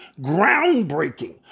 groundbreaking